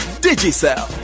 Digicel